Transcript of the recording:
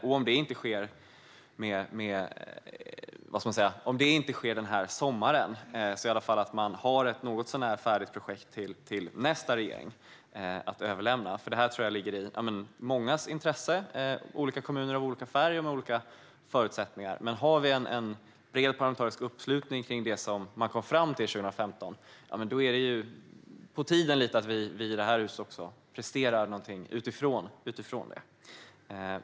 Om det inte sker denna sommar hoppas jag att man i alla fall har ett något så när färdigt projekt att överlämna till nästa regering, för detta ligger i mångas intresse - olika kommuner av olika färg och med olika förutsättningar. Finns det en bred parlamentarisk uppslutning kring det man kom fram till 2015 är det på tiden att vi i detta hus också presterar något utifrån det.